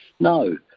No